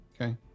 Okay